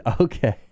Okay